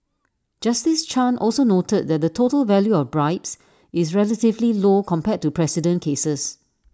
justice chan also noted that the total value of bribes is relatively low compared to precedent cases